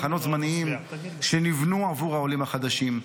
מחנות זמניים שנבנו עבור העולים החדשים.